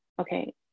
okay